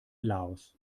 laos